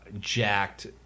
jacked